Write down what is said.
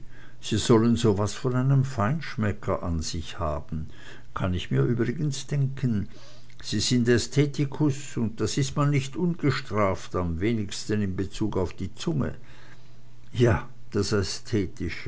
sie sollen so was von einem feinschmecker an sich haben kann ich mir übrigens denken sie sind ästhetikus und das ist man nicht ungestraft am wenigsten in bezug auf die zunge ja das